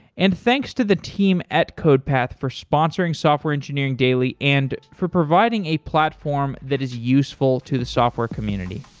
and thanks to the team at codepath for sponsoring software engineering daily and for providing a platform that is useful to the software community